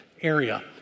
area